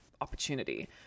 opportunity